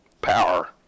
power